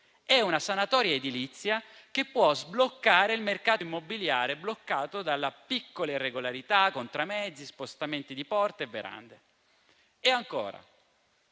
è una sanatoria edilizia che può sbloccare il mercato immobiliare, bloccato dalle piccole irregolarità con tramezzi e spostamenti di porte e verande. Ancora,